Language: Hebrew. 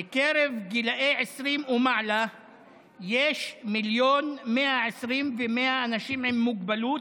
בקרב בני 20 ומעלה יש 1,120,100 אנשים עם מוגבלות,